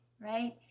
Right